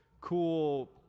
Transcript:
cool